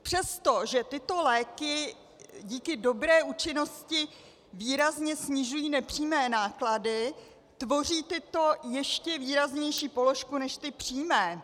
Přesto že tyto léky díky dobré účinnosti výrazně snižují nepřímé náklady, tvoří tyto ještě výraznější položku než ty přímé.